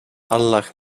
allach